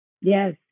Yes